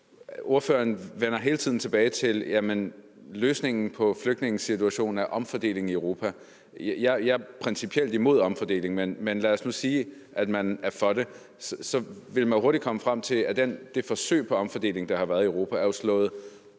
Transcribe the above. Ordføreren vender hele tiden tilbage til, at løsningen på flygtningesituationen er omfordelingen i Europa. Jeg er principielt imod en omfordeling, men lad os nu sige, at man er for det, så vil man jo hurtigt komme frem til, at det forsøg på omfordeling, der har været i Europa, er slået